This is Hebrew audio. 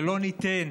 ולא ניתן,